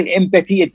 empathy